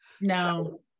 No